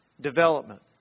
development